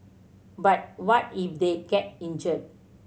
but what if they get injured